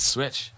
Switch